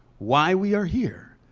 why we are here,